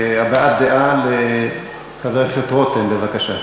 הבעת דעה לחבר הכנסת רותם, בבקשה.